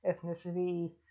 ethnicity